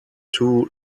two